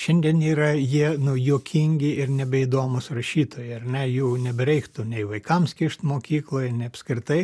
šiandien yra jie nu juokingi ir nebeįdomūs rašytojai ar ne jų nebereiktų nei vaikams kišt mokykloj nei apskritai